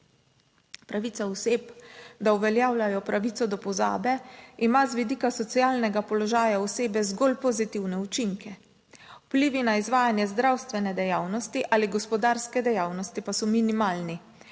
Pravica oseb, da uveljavljajo pravico do pozabe, ima z vidika socialnega položaja osebe zgolj pozitivne učinke. Vplivi na izvajanje zdravstvene dejavnosti ali gospodarske dejavnosti pa so minimalni.